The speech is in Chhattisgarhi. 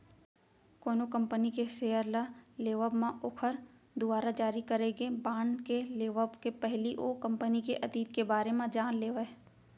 कोनो कंपनी के सेयर ल लेवब म ओखर दुवारा जारी करे गे बांड के लेवब के पहिली ओ कंपनी के अतीत के बारे म जान लेवय